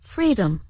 Freedom